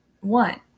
one